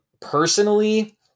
Personally